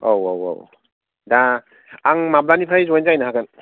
औ औ औ आं माब्लानिफ्राय जयेन जाहैनो हागोन